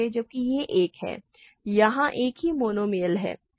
जबकि यह एक है यहाँ एक ही मोनोमियल है